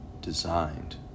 designed